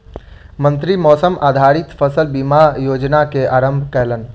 मंत्री मौसम आधारित फसल बीमा योजना के आरम्भ केलैन